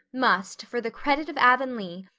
must, for the credit of avonlea,